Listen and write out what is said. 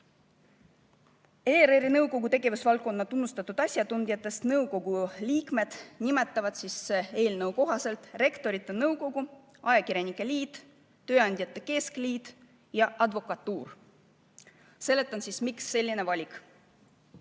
ERR‑i nõukogu tegevusvaldkonna tunnustatud asjatundjatest nõukogu liikmeid nimetavad eelnõu kohaselt Rektorite Nõukogu, ajakirjanike liit, tööandjate keskliit ja advokatuur. Seletan, miks selline valik.